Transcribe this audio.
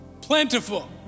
Plentiful